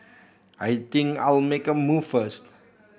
I think I'll make a move first